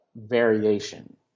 variation